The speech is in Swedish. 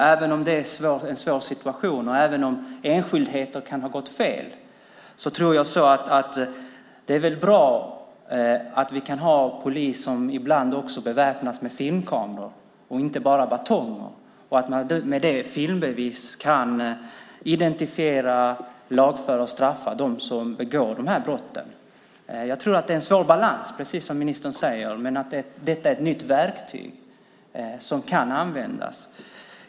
Även om det är en svår situation, och även om enskildheter kan ha gått fel, tror jag att det är bra att vi kan ha polis som ibland också beväpnas med filmkameror och inte bara batonger, och att man med filmbevis kan identifiera, lagföra och straffa dem som begår de här brotten. Jag tror att det är en svår balans, precis som ministern säger, men att detta är ett nytt verktyg som kan användas.